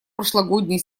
прошлогодней